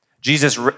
Jesus